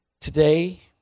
today